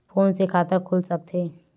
Phone से खाता खुल सकथे?